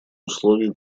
условий